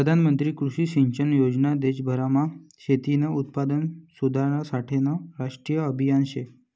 प्रधानमंत्री कृषी सिंचन योजना देशभरमा शेतीनं उत्पादन सुधारासाठेनं राष्ट्रीय आभियान शे